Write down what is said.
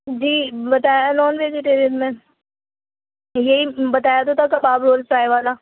جی بتایا ہے non vegetarian میں یہی بتایا تو تھا کباب رول فرائی والا